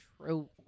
True